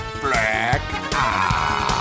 Black